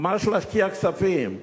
ממש להשקיע כספים.